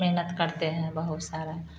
मेहनत करते हैं बहुत सारा